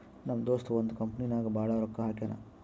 ನಮ್ ದೋಸ್ತ ಒಂದ್ ಕಂಪನಿ ನಾಗ್ ಭಾಳ್ ರೊಕ್ಕಾ ಹಾಕ್ಯಾನ್